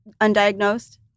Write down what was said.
undiagnosed